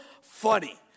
funny